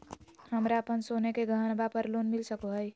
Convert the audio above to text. हमरा अप्पन सोने के गहनबा पर लोन मिल सको हइ?